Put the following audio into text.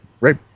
right